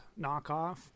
Knockoff